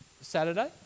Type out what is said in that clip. Saturday